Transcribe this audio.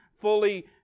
fully